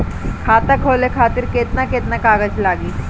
खाता खोले खातिर केतना केतना कागज लागी?